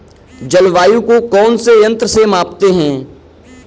जलवायु को कौन से यंत्र से मापते हैं?